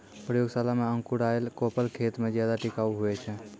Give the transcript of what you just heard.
प्रयोगशाला मे अंकुराएल कोपल खेत मे ज्यादा टिकाऊ हुवै छै